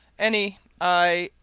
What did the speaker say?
any aye,